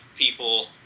People